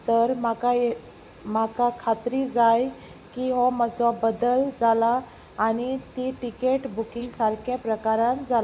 तर म्हाका म्हाका खात्री जाय की हो म्हजो बदल जाला आनी ती टिकेट बुकींग सारक्या प्रकारान जाला